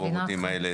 הרובוטים האלה.